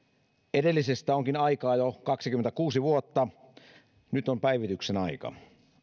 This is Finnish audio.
edellisestä onkin aikaa jo kaksikymmentäkuusi vuotta nyt on päivityksen aika